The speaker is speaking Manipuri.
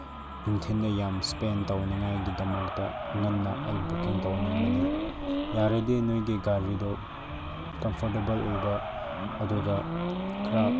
ꯅꯨꯡꯊꯤꯟꯗꯣ ꯌꯥꯝ ꯏꯁꯄꯦꯟ ꯇꯧꯅꯤꯡꯉꯥꯏꯒꯤꯗꯃꯛꯇ ꯉꯟꯅ ꯑꯩ ꯕꯨꯛꯀꯤꯡ ꯇꯧꯅꯤꯡꯕꯅꯤ ꯌꯥꯔꯗꯤ ꯅꯣꯏꯒꯤ ꯒꯥꯔꯤꯗꯣ ꯀꯝꯐꯣꯔꯇꯦꯕꯜ ꯑꯣꯏꯕ ꯑꯗꯨꯒ ꯈꯔ